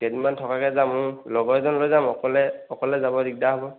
কেইদিনমান থকাকৈ যাম লগৰ এজন লৈ যাম অকলে অকলে যাব দিগদাৰ হ'ব